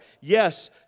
Yes